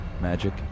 Magic